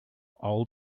old